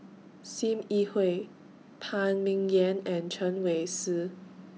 SIM Yi Hui Phan Ming Yen and Chen Wen Hsi